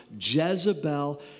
Jezebel